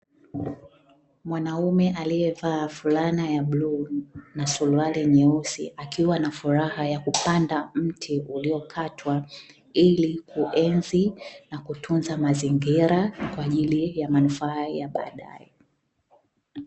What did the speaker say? Mwanaume aliyevaa fulana ya bluu na suruali nyeusi, akiwa na furaha ya kupanda mti uliokatwa ilikuenzi na kutunza mazingira kwa ajili ya manufaa ya baadae.